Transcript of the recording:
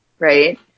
right